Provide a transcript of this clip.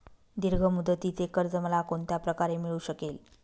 दीर्घ मुदतीचे कर्ज मला कोणत्या प्रकारे मिळू शकेल?